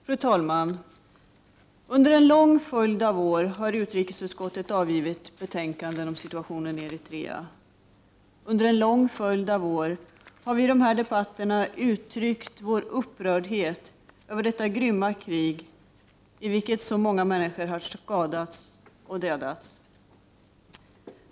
Prot. 1989/90:45 Fru talman! Under en lång följd av år har utrikesutskottet avgivit betän 13 december 1989 kanden om situationen i Eritrea. Under en lång följd av år har vi idesssa debatter uttryckt vår upprördhet över det grymma krig i vilket så många människor skadats och dödads.